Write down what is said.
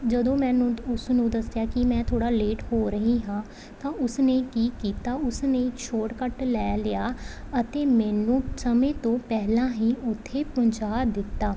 ਜਦੋਂ ਮੈਨੂੰ ਉਸ ਨੂੰ ਦੱਸਿਆ ਕਿ ਮੈਂ ਥੋੜ੍ਹਾ ਲੇਟ ਹੋ ਰਹੀ ਹਾਂ ਤਾਂ ਉਸਨੇ ਕੀ ਕੀਤਾ ਉਸ ਨੇ ਸ਼ੋਰਟਕੱਟ ਲੈ ਲਿਆ ਅਤੇ ਮੈਨੂੰ ਸਮੇਂ ਤੋਂ ਪਹਿਲਾਂ ਹੀ ਉੱਥੇ ਪਹੁੰਚਾ ਦਿੱਤਾ